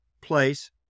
place